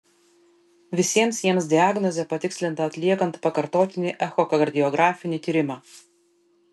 visiems jiems diagnozė patikslinta atliekant pakartotinį echokardiografinį tyrimą